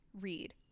read